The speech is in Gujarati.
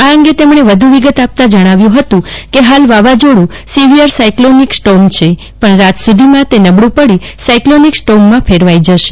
રાકેશકુમારે જણાવ્યુ હતું કે હાલ વાવાઝોડું સિવિયર સાયક્લોનિક સ્ટોર્મ છે પણ રાત સુધીમાં તે નબળુ પડી સાયક્લોનિક સ્ટોર્મમાં ફેરવાઈ જશે